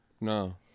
No